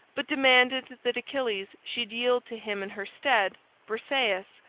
but demanded that achilles should yield to him in her stead briseis,